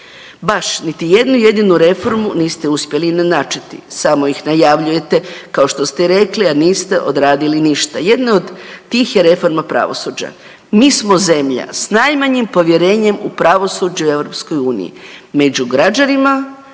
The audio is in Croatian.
Baš niti jednu jedinu reformu niste uspjeli načeti, samo ih najavljujete, kao što se i rekli, a niste odradili ništa. Jedno od tih je reforma pravosuđa. Mi smo zemlja s najmanjim povjerenjem u pravosuđe u EU, među građanima,